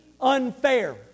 unfair